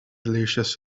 delicious